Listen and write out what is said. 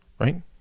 right